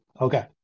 Okay